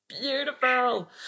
beautiful